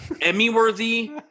Emmy-worthy